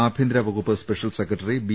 ആഭ്യന്തര വകുപ്പ് special secretary B